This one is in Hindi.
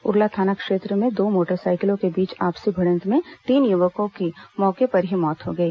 उरला थाना क्षेत्र में दो मोटरसाइकिलों के बीच हुई आपसी भिडंत में तीन युवकों की मौके पर ही मौत हो गई